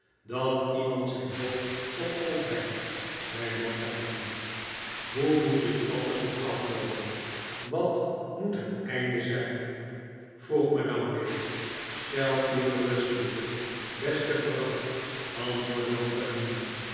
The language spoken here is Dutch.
dat iemand zijn hoofd op hoi brengt zei mantalini hoe moet dit alles nog afloopen wat moet het einde zijn vroeg madame weer stel u gerust lieve beste vrouw